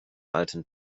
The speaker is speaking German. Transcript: alten